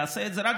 יעשה את זה.